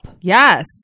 Yes